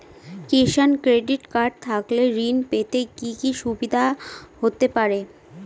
কিষান credit card থাকলে ঋণ পেতে কি কি সুবিধা হতে পারে?